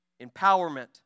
empowerment